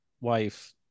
wife